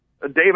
David